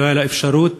הייתה האפשרות